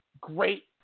great